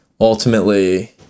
ultimately